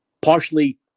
partially